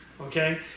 okay